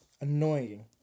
Annoying